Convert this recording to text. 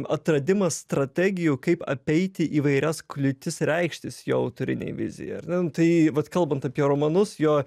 atradimas strategijų kaip apeiti įvairias kliūtis reikštis jo autorinei vizijai ar ne nu tai vat kalbant apie romanus jo